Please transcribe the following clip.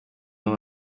nabo